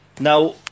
Now